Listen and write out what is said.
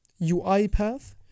UiPath